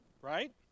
right